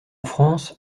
france